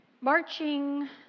Marching